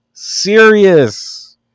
Serious